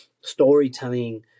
storytelling